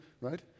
right